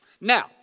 Now